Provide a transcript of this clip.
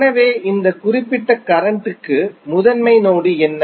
எனவே இந்த குறிப்பிட்ட கரண்ட் க்கு முதன்மை நோடு என்ன